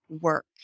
work